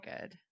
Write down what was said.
good